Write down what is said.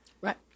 Right